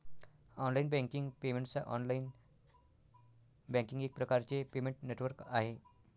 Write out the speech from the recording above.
online banking payments online banking एक प्रकारचे payment network आहे